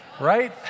right